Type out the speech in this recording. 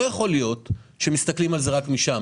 לא יכול להיות שמסתכלים על זה רק מהזווית הזאת.